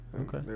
okay